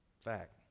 Fact